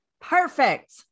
Perfect